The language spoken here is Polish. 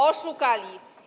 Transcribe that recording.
Oszukali.